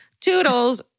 Toodles